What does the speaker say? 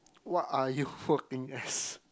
what are you working as